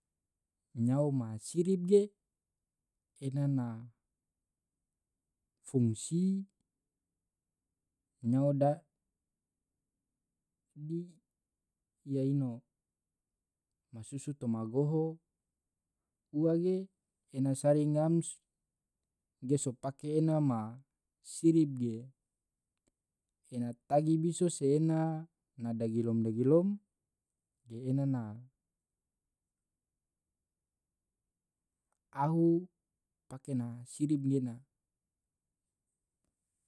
nyao ma sirip ge en nafungsi nyao daadi iya ino masusu toma goho ua ge ena sari ngam sopake ena ma sirip ge ena tagi biso si ena dagilom dagilom ena na ahu pake na sirip gena.